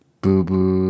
Boo-boo